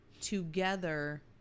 together